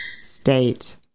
state